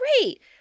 great